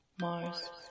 Mars